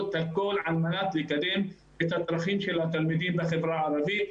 הכול על מנת לקדם את הצרכים של התלמידים בחברה הערבית.